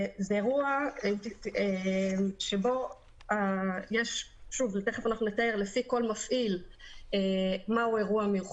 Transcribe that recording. זה אירוע שבו יש לפי כל מפעיל מהו אירוע.